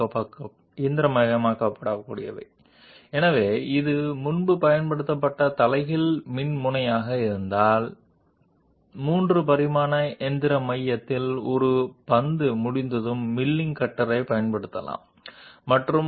కనుక ఇది గతంలో ఉపయోగించిన విలోమ ఎలక్ట్రోడ్ అయితే మేము 3 డైమెన్షనల్ మ్యాచింగ్ సెంటర్లో బాల్ ఎండెడ్ మిల్లింగ్ కట్టర్ని ఉపయోగించవచ్చు మరియు దానిని కత్తిరించవచ్చు కాబట్టి ఇక్కడ 3 డైమెన్షనల్ మ్యాచింగ్ అప్లికేషన్ చాలా అవసరం